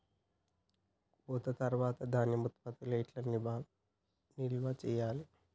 కోత తర్వాత ధాన్యం ఉత్పత్తులను ఎట్లా నిల్వ చేయాలి?